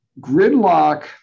Gridlock